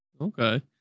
Okay